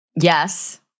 Yes